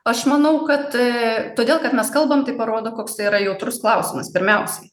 aš manau kad todėl kad mes kalbam tai parodo koks tai yra jautrus klausimas pirmiausiai